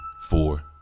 four